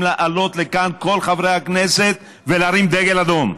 לעלות לכאן כל חברי הכנסת ולהרים דגל אדום.